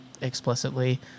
explicitly